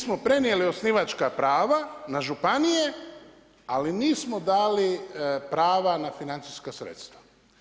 smo prenijeli osnivačka prava na županije, ali nismo dali prava na financijska sredstva.